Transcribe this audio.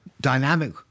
dynamic